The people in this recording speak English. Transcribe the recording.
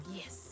yes